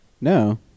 No